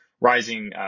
rising